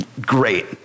great